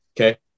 Okay